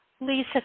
Lisa